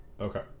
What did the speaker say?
Okay